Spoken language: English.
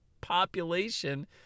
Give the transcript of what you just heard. population